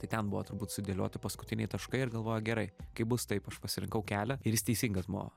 tai ten buvo turbūt sudėlioti paskutiniai taškai ir galvoju gerai kaip bus taip aš pasirinkau kelią ir jis teisingas buvo